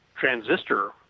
transistor